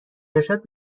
ارشاد